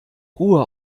ruhe